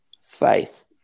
faith